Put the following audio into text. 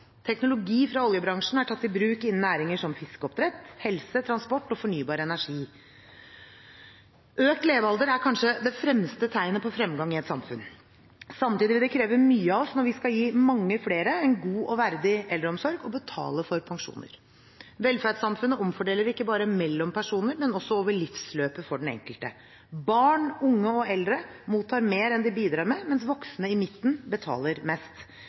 Teknologi fra oljebransjen er tatt i bruk innen næringer som fiskeoppdrett, helse, transport og fornybar energi. Økt levealder er kanskje det fremste tegnet på fremgang i et samfunn. Samtidig vil det kreve mye av oss når vi skal gi mange flere en god og verdig eldreomsorg, og betale for pensjoner. Velferdssamfunnet omfordeler ikke bare mellom personer, men også over livsløpet for den enkelte. Barn, unge og eldre mottar mer enn de bidrar med, mens voksne i midten betaler mest.